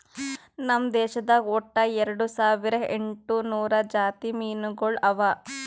ನಮ್ ದೇಶದಾಗ್ ಒಟ್ಟ ಎರಡು ಸಾವಿರ ಎಂಟು ನೂರು ಜಾತಿ ಮೀನುಗೊಳ್ ಅವಾ